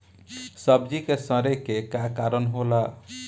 सब्जी में सड़े के का कारण होला?